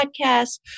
podcast